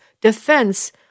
defense